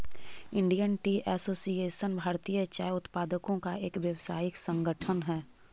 Indian tea association भारतीय चाय उत्पादकों का एक व्यावसायिक संगठन हई